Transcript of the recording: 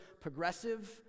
progressive